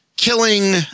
Killing